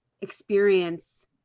experience